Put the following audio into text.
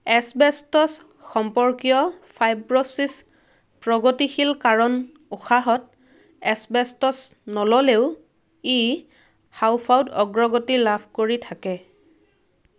asbestos সম্পৰ্কীয় fibrosis প্ৰগতিশীল কাৰণ উশাহত এছবেষ্টছ নল'লেও ই হাওঁফাওঁত অগ্ৰগতি লাভ কৰি থাকে